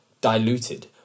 diluted